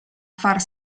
far